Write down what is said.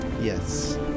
Yes